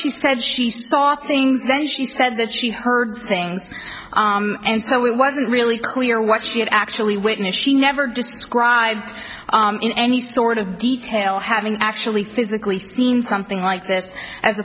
she said she saw things then she said that she heard things and so we wasn't really clear what she had actually witnessed she never just described in any sort of detail having actually physically seen something like this as